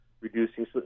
reducing